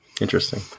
Interesting